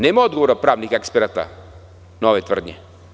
Nema odgovora pravnih eksperata, nove tvrdnje.